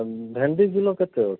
ଭେଣ୍ଡି କିଲୋ କେତେ ଅଛି